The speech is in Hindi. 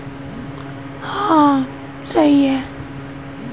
भारत में चक्रफूल का उत्पादन अरूणाचल प्रदेश में किया जाता है